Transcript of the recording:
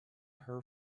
her